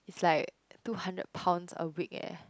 it's like two hundred pounds a week eh